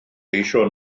geisio